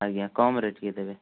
ଆଜ୍ଞା କମ୍ରେ ଟିକିଏ ଦେବେ